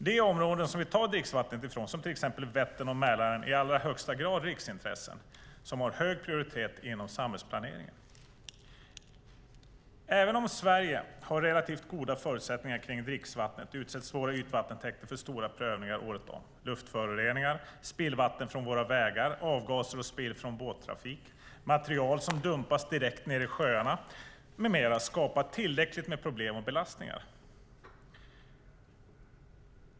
De områden som vi tar dricksvattnet från, till exempel Vättern och Mälaren, är i allra högsta grad riksintressen som har hög prioritet inom samhällsplaneringen. Även om Sverige har relativt goda förutsättningar för dricksvatten utsätts våra ytvattentäkter för stora prövningar året om. Luftföroreningar, spillvatten från vägar, avgaser och spill från båttrafik, material som dumpas direkt ner i sjöarna med mera skapar tillräckligt med problem och belastningar.